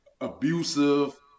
abusive